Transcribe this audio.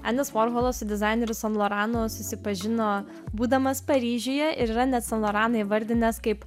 endis vorholas su dizaineriu saint laurentu susipažino būdamas paryžiuje ir yra net saint laurentą įvardinęs kaip